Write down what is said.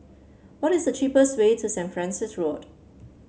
what is the cheapest way to Saint Francis Road